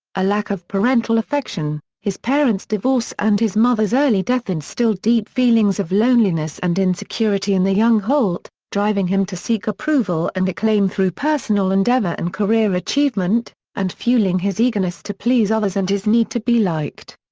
a lack of parental affection, his parents' divorce and his mother's early death instilled deep feelings of loneliness and insecurity in the young holt, driving him to seek approval and acclaim through personal endeavour and career achievement, and fueling his eagerness to please others and his need to be liked.